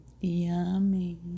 Yummy